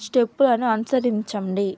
స్టెప్పులను అనుసరించండి